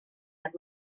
had